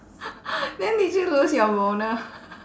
then did you lose your boner